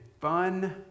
fun